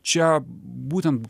čia būtent